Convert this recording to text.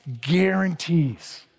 guarantees